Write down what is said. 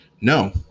No